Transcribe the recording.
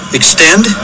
extend